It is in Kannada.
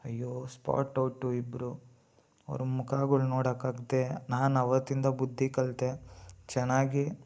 ಅಯ್ಯೋ ಸ್ಪಾಟ್ ಔಟು ಇಬ್ಬರು ಅವ್ರ ಮುಖಗುಳ್ ನೋಡೋಕ್ಕಾಗ್ದೇ ನಾನು ಆವತ್ತಿಂದ ಬುದ್ಧಿ ಕಲಿತೆ ಚೆನ್ನಾಗಿ